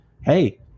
hey